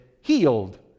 healed